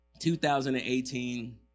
2018